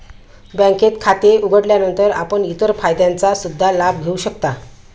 बँकेत खाते उघडल्यानंतर आपण इतर फायद्यांचा सुद्धा लाभ घेऊ शकता